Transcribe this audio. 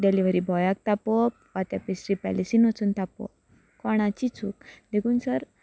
delivery बॉयाक तापोवप वा त्या प्रेस्ट्री पॅलसीन वचून तापोवप कोणाची चूक देखून सर